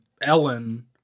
Ellen